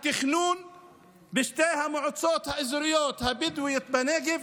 התכנון בשתי המועצות האזוריות הבדואיות בנגב